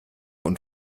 und